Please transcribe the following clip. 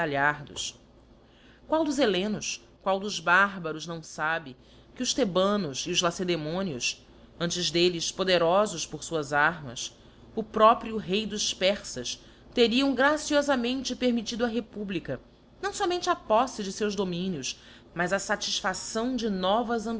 galhardos qual dos hellenos qual dos bárbaros não fabe que os thebanos e os lacedemonios antes d'elles poderofos por fuás armas o próprio rei dos perfas teriam graciofamente permittido á republica não somente a poífe de feus dominios mas a fatiffação de novas